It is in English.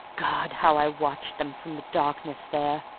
god! how i watched them from the darkness there,